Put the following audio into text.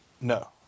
No